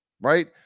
right